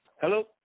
Hello